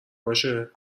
باشه